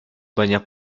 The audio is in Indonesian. banyak